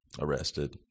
arrested